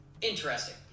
Interesting